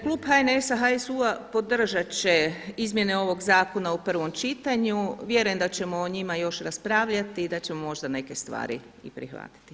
Klub HNS-a, HSU-a podržati će izmjene ovog zakona u prvom čitanju, vjerujem da ćemo o njima još raspravljati i da ćemo možda neke stvari i prihvatiti.